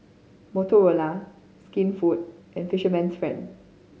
Motorola Skinfood and Fisherman's Friend